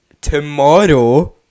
tomorrow